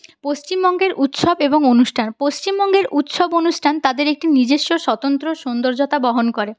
পশ্চিমবঙ্গের উৎসব এবং অনুষ্ঠান পশ্চিমবঙ্গের উৎসব অনুষ্ঠান তাদের একটি নিজেস্ব স্বতন্ত্র সুন্দর্যতা বহন করে